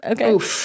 Okay